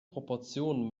proportionen